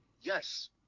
Yes